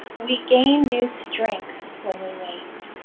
we gain new strength when we wait.